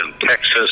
Texas